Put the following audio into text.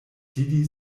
sidi